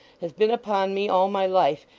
has been upon me all my life,